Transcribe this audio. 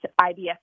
IBS